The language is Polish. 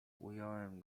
ująłem